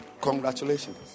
Congratulations